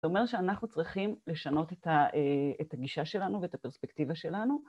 זה אומר שאנחנו צריכים לשנות את הגישה שלנו ואת הפרספקטיבה שלנו.